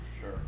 sure